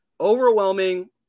overwhelming